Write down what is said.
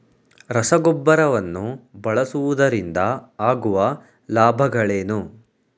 ರಸಗೊಬ್ಬರವನ್ನು ಬಳಸುವುದರಿಂದ ಆಗುವ ಲಾಭಗಳೇನು?